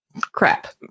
crap